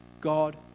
God